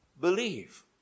believe